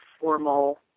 formal